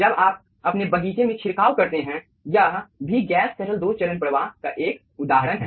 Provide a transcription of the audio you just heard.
जब आप अपने बगीचे में छिड़काव करते हैं यह भी गैस तरल दो चरण प्रवाह का एक उदाहरण हैं